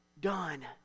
done